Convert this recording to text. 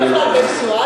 חלילה וחס.